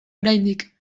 oraindik